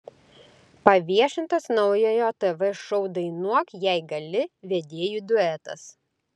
paviešintas naujojo tv šou dainuok jei gali vedėjų duetas